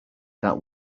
that